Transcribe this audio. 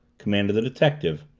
commanded the detective,